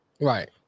right